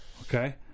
okay